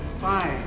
five